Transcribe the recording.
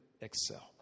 excel